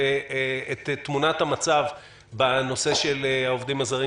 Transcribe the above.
ואת תמונת המצב בנושא של העובדים הזרים,